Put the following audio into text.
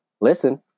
Listen